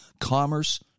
commerce